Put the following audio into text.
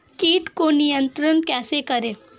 कीट को नियंत्रण कैसे करें?